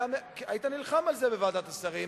היית נלחם על זה בוועדת השרים,